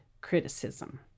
criticism